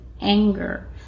anger